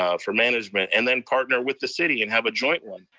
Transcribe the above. ah for management, and then partner with the city and have a joint one.